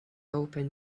open